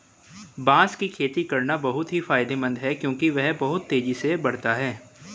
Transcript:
बांस की खेती करना बहुत ही फायदेमंद है क्योंकि यह बहुत तेजी से बढ़ता है